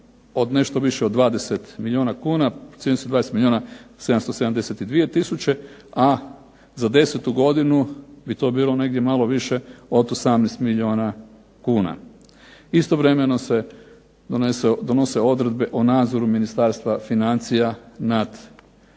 nešto više od 20 milijuna kuna, …/Ne razumije se./… 20 milijuna 772 tisuće, a za 10. godinu bi to bilo negdje malo više od 18 milijuna kuna. Istovremeno se donose odredbe o nadzoru Ministarstva financija nad